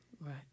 Right